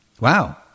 Wow